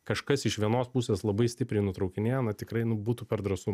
kažkas iš vienos pusės labai stipriai nutraukinėja na tikrai nu būtų per drąsu